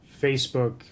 Facebook